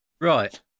Right